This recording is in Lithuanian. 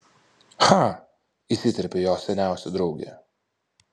cha įsiterpė jos seniausia draugė